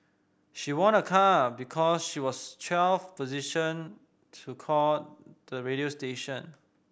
she won a car because she was twelfth to call the radio station